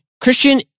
Christian